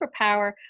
superpower